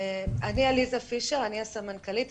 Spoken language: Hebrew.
אני עליזה פישר, אני הסמנכ"לית.